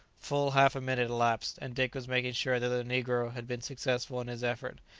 full half a minute elapsed, and dick was making sure that the negro had been successful in his effort,